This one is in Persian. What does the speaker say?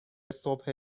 صبح